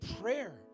prayer